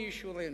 מי ישורן.